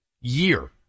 year